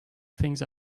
things